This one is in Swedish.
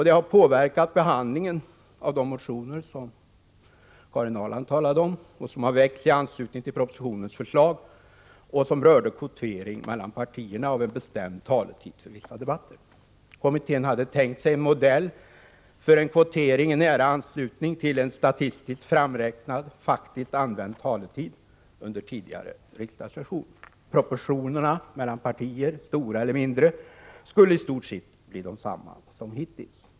Det har påverkat behandlingen av de motioner, som Karin Ahrland talade om och som väckts i anslutning till propositionens förslag om kvotering mellan partierna av en bestämd taletid för vissa debatter. Kommittén hade tänkt sig en modell för kvotering i nära anslutning till en statistiskt framräknad faktiskt använd taletid under tidigare riksdagssession. Proportionerna mellan partierna — stora eller mindre — skulle i stort sett bli desamma som hittills.